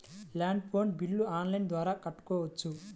Land phone bill online ద్వారా కట్టుకోవచ్చు?